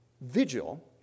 vigil